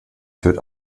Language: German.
führt